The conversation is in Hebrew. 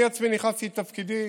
אני עצמי נכנסתי לתפקידי,